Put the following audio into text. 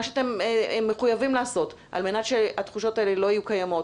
שאתם מחויבים לעשות על מנת שהתחושות האלה לא יהיו קיימות.